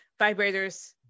vibrators